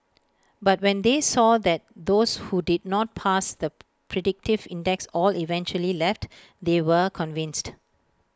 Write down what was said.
but when they saw that those who did not pass the predictive index all eventually left they were convinced